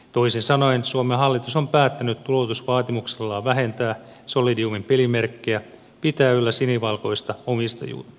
toisin sanoen suomen hallitus on päättänyt tuloutusvaatimuksillaan vähentää solidiumin pelimerkkejä pitää yllä sinivalkoista omistajuutta